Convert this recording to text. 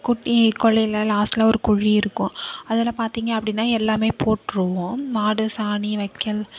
குட்டி கொள்ளையில லாஸ்ட்ல ஒரு குழி இருக்கும் அதுல பார்த்திங்க அப்படினா எல்லாமே போட்ருவோம் மாடு சாணி வக்கல்